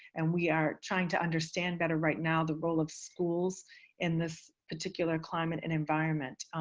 and we are trying to understand better right now the role of schools in this particular climate and environment.